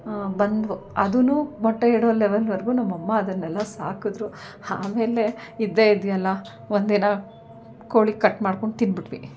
ಬಂದವು ಅದು ಮೊಟ್ಟೆ ಇಡೋ ಲೆವೆಲ್ವರ್ಗೂ ನಮ್ಮ ಅಮ್ಮ ಅದನ್ನೆಲ್ಲ ಸಾಕಿದ್ರು ಆಮೇಲೆ ಇದ್ದೇ ಇದೆಯಲ್ಲ ಒಂದಿನ ಕೋಳಿ ಕಟ್ ಮಾಡ್ಕೊಂಡು ತಿಂದುಬಿಟ್ವಿ